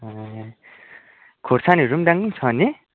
ए खोर्सानीहरू पनि डाङडुङ छ नि